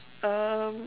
um